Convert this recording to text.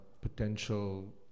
potential